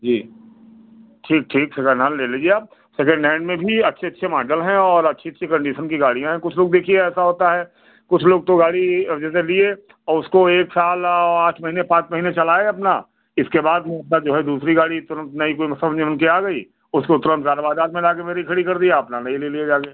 जी ठीक ठीक second hand ले लीजिए आप सेकेंड हैन्ड में भी अच्छे अच्छे माडल हैं और अच्छी अच्छी कंडीसन की गाड़ियाँ हैं कुछ लोग देखिए ऐसा होता है कुछ लोग तो गाड़ी अब जैसे लिए और उसको एक साल और आठ महीने पाँच महीने चलाएं अपना इसके बाद में अपना जो है दूसरी गाड़ी तुरंत नई कोई समझ में उनके आ गई उसको तुरंत कार बाज़ार में लाकर मेरी खड़ी कर दिया अपना नई ले लिए जाके